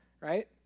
Right